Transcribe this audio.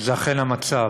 זה אכן המצב.